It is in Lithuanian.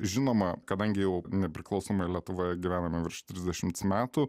žinoma kadangi jau nepriklausomoj lietuvoje gyvename virš trisdešimts metų